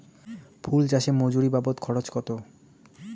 ফুল চাষে মজুরি বাবদ খরচ কত?